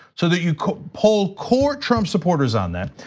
so that you polled core trump supporters on that,